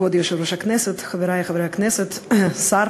כבוד היושב-ראש, חברי חברי הכנסת, השר,